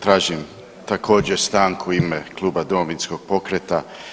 Tražim također stanku u ime kluba Domovinskog pokreta.